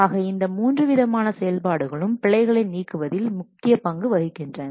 ஆக இந்த மூன்று விதமான செயல்பாடுகளும் பிழைகளை நீக்குவதில் முக்கிய பங்கு வகிக்கின்றன